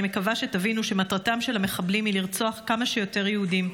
אני מקווה שתבינו שמטרתם של המחבלים היא לרצוח כמה שיותר יהודים,